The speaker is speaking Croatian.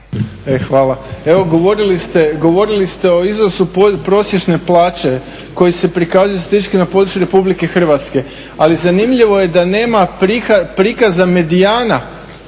Hvala. Govorili ste o iznosu prosječne plaće koji se prikazuje statistički na području Republike Hrvatske, ali zanimljivo je da nema prikaza medijana